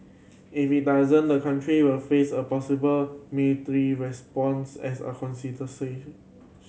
if it does the country will face a possible military response as a